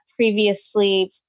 previously